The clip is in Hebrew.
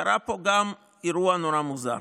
קרה פה גם אירוע נורא מוזר.